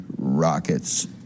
Rockets